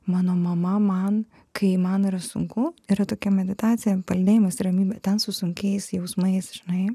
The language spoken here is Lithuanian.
mano mama man kai man yra sunku yra tokia meditacija palydėjimas ramybė ten su sunkiais jausmais žinai